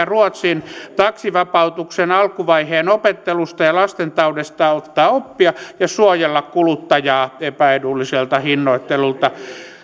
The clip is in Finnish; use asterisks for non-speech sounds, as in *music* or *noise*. *unintelligible* ruotsin taksivapautuksen alkuvaiheen opettelusta ja lastentaudeista ottaa oppia ja suojella kuluttajaa epäedulliselta hinnoittelulta